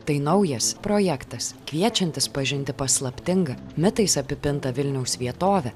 tai naujas projektas kviečiantis pažinti paslaptingą mitais apipintą vilniaus vietovę